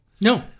No